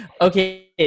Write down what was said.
okay